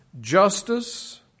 justice